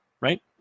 right